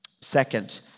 Second